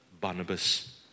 Barnabas